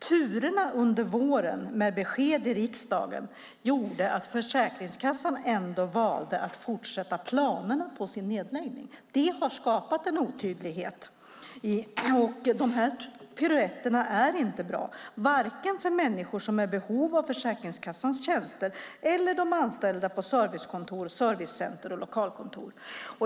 Turerna under våren när det gäller besked i riksdagen gjorde att Försäkringskassan ändå valde att fortsätta med planerna på sin nedläggning. Det har skapat en otydlighet. De här piruetterna är inte bra vare sig för människor som är i behov av Försäkringskassans tjänster eller för de anställda på servicekontor, servicecenter och lokalkontor.